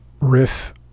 riff